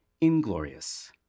inglorious